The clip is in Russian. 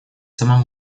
самом